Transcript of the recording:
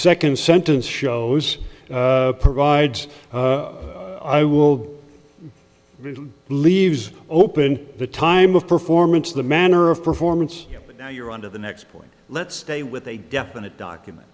second sentence shows provides i will leaves open the time of performance the manner of performance now you're on to the next point let's stay with a definite document